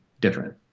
different